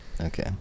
Okay